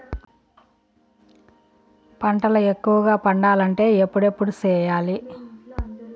పంటల ఎక్కువగా పండాలంటే ఎప్పుడెప్పుడు సేయాలి?